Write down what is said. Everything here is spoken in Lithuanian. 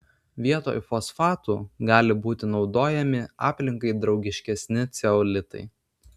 vietoj fosfatų gali būti naudojami aplinkai draugiškesni ceolitai